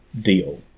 deal